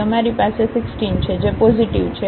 તેથી અમારી પાસે 16 છે જે પોઝિટિવ છે